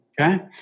Okay